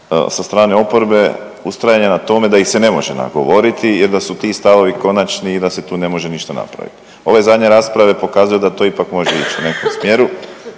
sa strane oporbe, ustrajanja na tome da ih se ne može nagovoriti jer da su ti stavovi konačni i da se tu ne može ništa napravit. Ove zadnje rasprave pokazuju da to ipak može ići u nekom smjeru